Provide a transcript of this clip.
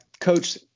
coach